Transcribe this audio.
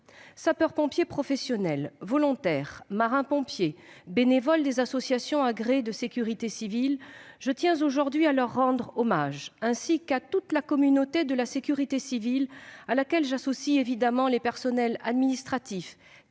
Sapeurs-pompiers professionnels, volontaires, marins-pompiers, bénévoles des associations agréées de sécurité civile : je tiens aujourd'hui à leur rendre hommage ainsi qu'à toute la communauté de la sécurité civile, à laquelle j'associe évidemment les personnels administratifs,